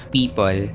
people